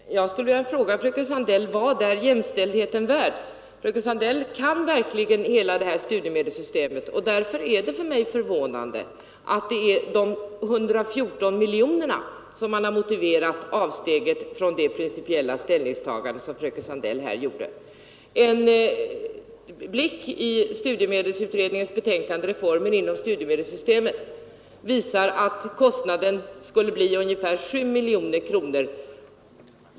Herr talman! Jag skulle vilja fråga fröken Sandell vad jämställdheten är värd. Fröken Sandell känner verkligen till hela studiemedelssystemet. Därför är det för mig förvånande att hon motiverade avsteget från det principiella ställningstagandet med de 114 miljonerna. En blick i studiemedelsutredningens betänkande — ”Reformer inom studiemedelssystemet” — visar att kostnaden skulle bli ungefär 7 miljoner kronor.